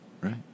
right